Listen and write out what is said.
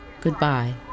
Goodbye